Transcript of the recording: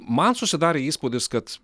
man susidarė įspūdis kad